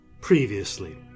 Previously